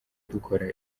dukora